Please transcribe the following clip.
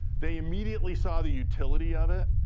they immediately saw the utility of it.